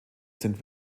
sind